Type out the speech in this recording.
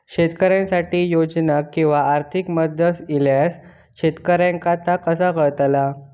शेतकऱ्यांसाठी योजना किंवा आर्थिक मदत इल्यास शेतकऱ्यांका ता कसा कळतला?